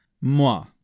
Moi